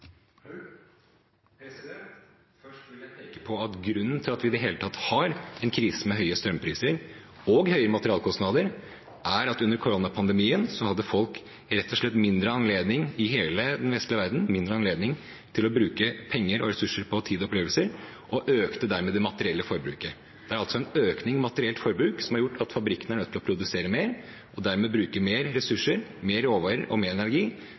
Først vil jeg peke på at grunnen til at vi i det hele tatt har en krise, med høye strømpriser og høye materialkostnader, er at under koronapandemien hadde folk i hele den vestlige verden rett og slett mindre anledning til å bruke penger og ressurser på tid og opplevelser, og økte dermed det materielle forbruket. Det er altså en økning i materielt forbruk som har gjort at fabrikkene er nødt til å produsere mer og dermed bruke mer ressurser, mer råvarer og mer energi,